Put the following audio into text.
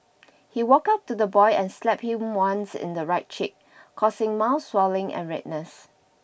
he walked up to the boy and slapped him once in the right cheek causing mild swelling and redness